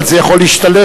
אבל זה יכול להשתלב.